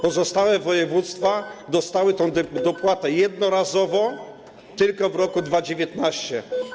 Pozostałe województwa dostały tę dopłatę jednorazowo, tylko w roku 2019.